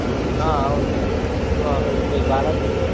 అవును madam so Shri Balaji